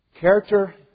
Character